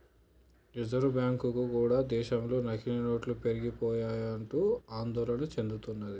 reserve bank కూడా దేశంలో నకిలీ నోట్లు పెరిగిపోయాయంటూ ఆందోళన చెందుతున్నది